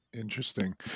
Interesting